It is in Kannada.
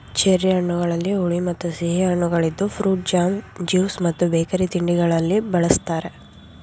ಚೆರ್ರಿ ಹಣ್ಣುಗಳಲ್ಲಿ ಹುಳಿ ಮತ್ತು ಸಿಹಿ ಕಣ್ಣುಗಳಿದ್ದು ಫ್ರೂಟ್ ಜಾಮ್, ಜ್ಯೂಸ್ ಮತ್ತು ಬೇಕರಿ ತಿಂಡಿಗಳಲ್ಲಿ ಬಳ್ಸತ್ತರೆ